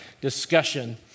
discussion